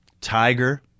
Tiger